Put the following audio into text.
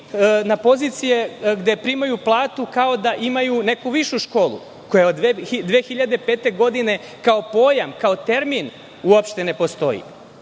na pozicije gde primaju platu kao da imaju neku višu školu koja od 2005. godine, kao pojam, kao termin, ne postoji. Stav